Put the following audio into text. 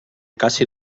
casi